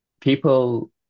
people